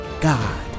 God